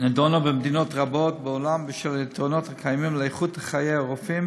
נדונה במדינות רבות בעולם בשל היתרונות הקיימים לאיכות חיי הרופאים,